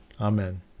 Amen